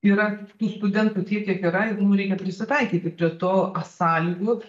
yra tų studentų tiek kiek yra ir mum reikia prisitaikyti prie to a sąlygų